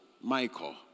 Michael